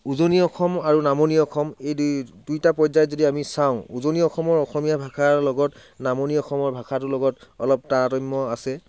উজনি অসম আৰু নামনি অসম এই দুইটা পৰ্যায়ত যদি আমি চাওঁ উজনি অসমৰ অসমীয়া ভাষাৰ লগত নামনি অসমৰ ভাষাটোৰ লগত অলপ তাৰতম্য আছে